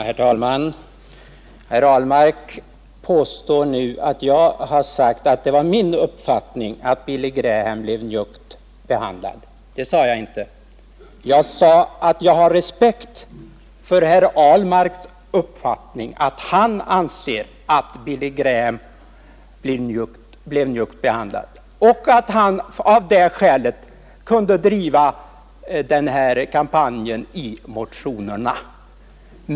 Herr talman! Herr Ahlmark påstår nu att jag sagt att det var min uppfattning att Billy Graham blev njuggt behandlad. Det sade jag inte. Jag sade att jag hade respekt för herr Ahlmarks uppfattning när han anser att Billy Graham blev njuggt behandlad. Av det skälet kunde herr Ahlmark driva den här kampanjen i sina motioner.